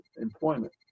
employment